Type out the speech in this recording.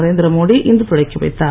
நரேந்திரமோடி இன்று தொடக்கிவைத்தார்